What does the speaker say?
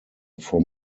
from